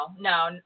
no